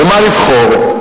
במה לבחור?